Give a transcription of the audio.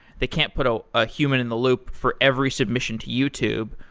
they can't put a ah human in the loop for every submission to youtube,